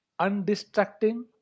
undistracting